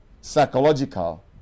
psychological